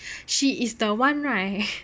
she is the one right